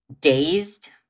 dazed